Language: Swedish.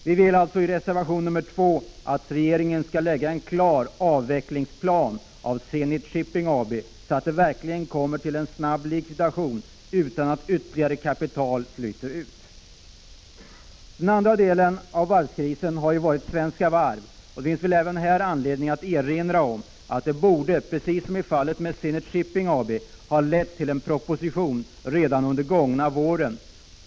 Vi ber alltså i reservation 2 att regeringen skall lägga fram en fullständig plan för avveckling av Zenit Shipping AB, så att det verkligen kommer till en snabb likvidation utan att ytterligare kapital flyter ut. då Den andra delen av varvskrisen har gällt Svenska Varv. Det finns väl även här anledning att erinra om att det precis som i fallet med Zenit Shipping borde ha lagts fram en proposition redan i våras.